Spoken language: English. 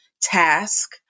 task